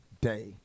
day